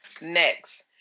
Next